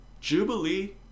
Jubilee